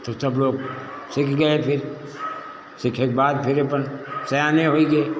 तो सब लोग सिख गए फिर सिखै के बाद फिर अपन सयाने होइ गए